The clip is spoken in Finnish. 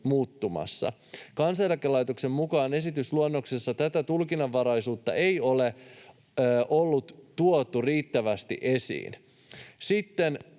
Kansaneläkelaitoksen mukaan esitysluonnoksessa tätä tulkinnanvaraisuutta ei ollut tuotu riittävästi esiin.”